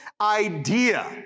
idea